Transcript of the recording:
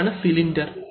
ഇതാണ് സിലിണ്ടർ